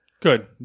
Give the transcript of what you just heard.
Good